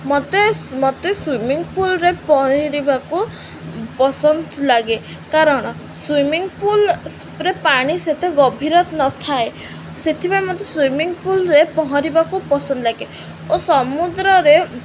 ମୋତେ ମୋତେ ସୁଇମିଙ୍ଗ ପୁଲ୍ରେ ପହଁରିବାକୁ ପସନ୍ଦ ଲାଗେ କାରଣ ସୁଇମିଙ୍ଗ ପୁଲ୍ରେ ପାଣି ସେତେ ଗଭୀରତା ନଥାଏ ସେଥିପାଇଁ ମୋତେ ସୁଇମିଙ୍ଗ ପୁଲ୍ରେ ପହଁରିବାକୁ ପସନ୍ଦ ଲାଗେ ଓ ସମୁଦ୍ରରେ